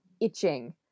itching